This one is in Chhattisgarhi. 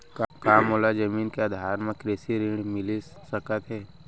का मोला मोर जमीन के आधार म कृषि ऋण मिलिस सकत हे?